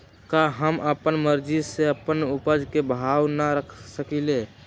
का हम अपना मर्जी से अपना उपज के भाव न रख सकींले?